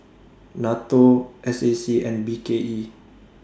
NATO S A C and B K E